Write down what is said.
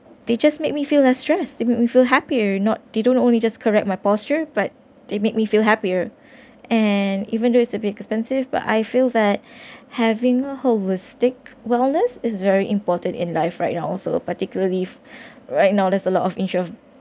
they just make me feel less stress they make me feel happy already not they don't only just correct my posture but they make me feel happier and even though it's a bit expensive but I feel that having a holistic wellness is very important in life right now also particularly right now there's a lot of interest